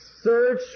Search